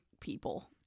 people